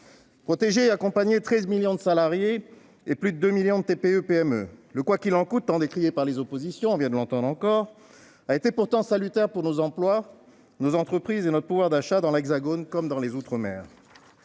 protéger et accompagner 13 millions de salariés et plus de 2 millions de TPE-PME. Le « quoi qu'il en coûte », tant décrié par les oppositions, a été salutaire pour nos emplois, nos entreprises et notre pouvoir d'achat, dans l'Hexagone comme dans les outremers.